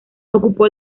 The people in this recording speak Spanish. ocupó